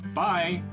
Bye